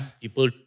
people